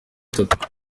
gatatu